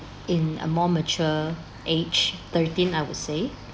in a more mature age thirteen I would say